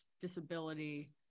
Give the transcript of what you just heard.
disability